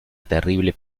terrible